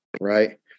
right